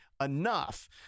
enough